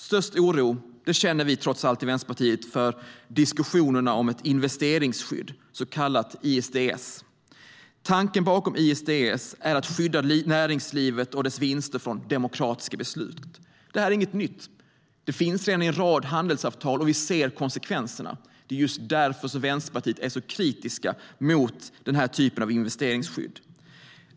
Störst oro känner vi i Vänsterpartiet trots allt för diskussionerna om ett investeringsskydd, så kallat ISDS. Tanken bakom ISDS är att skydda näringslivet och dess vinster från demokratiska beslut. Det här är inget nytt. Det finns redan i en rad handelsavtal, och vi ser konsekvenserna. Det är just därför som vi i Vänsterpartiet är så kritiska mot den här typen av investeringsskydd.